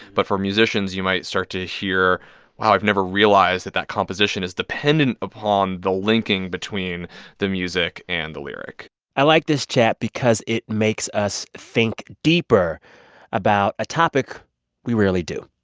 but for musicians, you might start to hear wow, i've never realized that that composition is dependent upon the linking between the music and the lyric i like this chat because it makes us think deeper about a topic we rarely do.